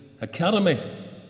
Academy